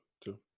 two